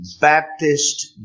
Baptist